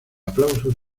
aplauso